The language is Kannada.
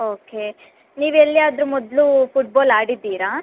ಓಕೆ ನೀವು ಎಲ್ಲಿಯಾದರೂ ಮೊದಲು ಫುಟ್ಬಾಲ್ ಆಡಿದ್ದೀರ